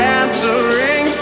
answering